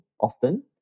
often